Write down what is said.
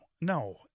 no